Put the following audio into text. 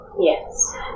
Yes